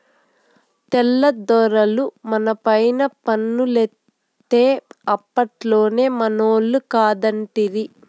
తెల్ల దొరలు మనపైన పన్నులేత్తే అప్పట్లోనే మనోళ్లు కాదంటిరి